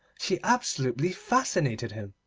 she absolutely fascinated him.